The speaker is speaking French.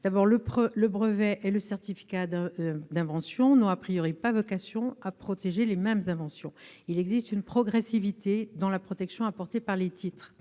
effet, le brevet et le certificat d'invention n'ont pas vocation à protéger les mêmes inventions et il existe une progressivité dans la protection apportée par ces titres.